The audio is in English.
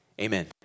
Amen